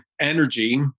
energy